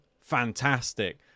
fantastic